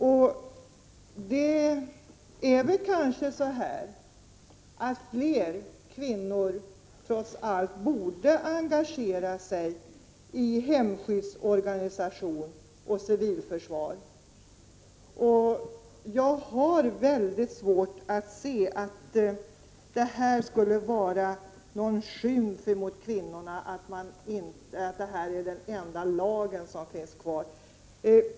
Trots allt borde kanske fler kvinnor engagera sig i hemskyddsorganisation och civilförsvar. Jag har väldigt svårt att se att det skulle vara någon skymf mot kvinnorna och att detta är den enda lag om könsdiskriminering som finns kvar, som Maria Leissner sade.